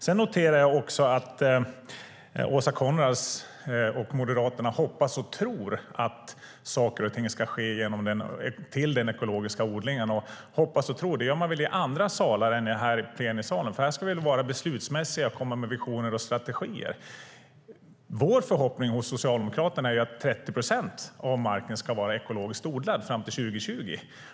Jag noterar också att Åsa Coenraads och Moderaterna hoppas och tror att saker och ting ska ske med den ekologiska odlingen. Hoppas och tror gör man i andra salar än här i plenisalen. Här ska vi vara beslutsmässiga och komma med visioner och strategier. Vi socialdemokrater hoppas att 30 procent av marken ska vara ekologiskt odlad 2020.